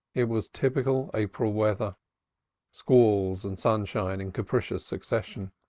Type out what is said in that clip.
it was typical april weather squalls and sunshine in capricious succession.